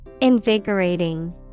Invigorating